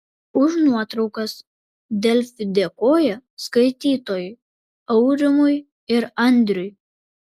už nuotraukas delfi dėkoja skaitytojui aurimui ir andriui